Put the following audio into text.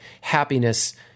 happiness